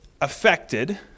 affected